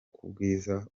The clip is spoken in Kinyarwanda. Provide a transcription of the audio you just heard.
kubwiza